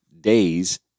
days